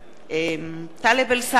טלב אלסאנע,